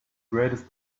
greatest